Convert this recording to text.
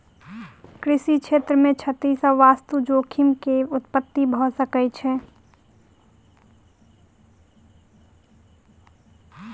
कृषि क्षेत्र मे क्षति सॅ वास्तु जोखिम के उत्पत्ति भ सकै छै